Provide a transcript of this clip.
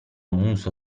muso